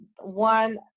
one